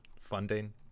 Funding